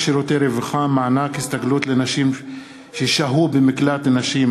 ברשות יושב-ראש הישיבה, הנני מתכבד להודיעכם,